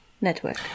network